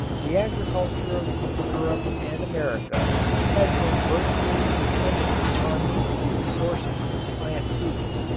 the agriculture of europe and america has been virtually dependent upon these two sources of plant foods.